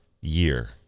year